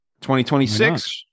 2026